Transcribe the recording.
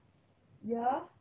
ya